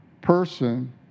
person